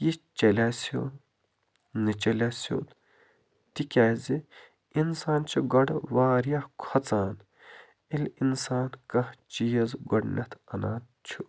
یہِ چلیا سیوٚد نہٕ چلیا سیود تِکیٛازِ اِنسان چھِ گۄڈٕ واریاہ کھوژان ییٚلہِ اِنسان کانٛہہ چیٖز گۄڈٕنیتھ اَنان